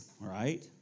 right